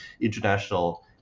International